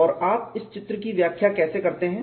और आप इस चित्र की व्याख्या कैसे करते हैं